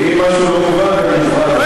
אם יהיה משהו לא מובן אני אחזור.